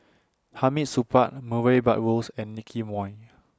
Hamid Supaat Murray Buttrose and Nicky Moey